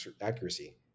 accuracy